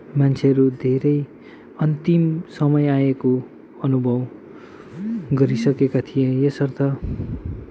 मान्छेहरू धेरै अन्तिम समय आएको अनुभव गरिसकेका थिए यसर्थ